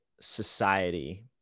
society